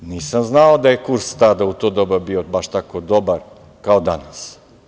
Nisam znao da je kurs tada u to doba bio baš tako dobar kao danas.